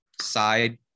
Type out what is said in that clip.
side